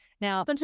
Now